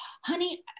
Honey